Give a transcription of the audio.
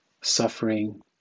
suffering